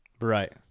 Right